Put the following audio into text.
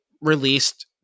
released